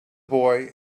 boy